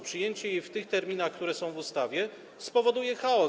Przyjęcie jej w tych terminach, które są w ustawie, spowoduje chaos.